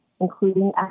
including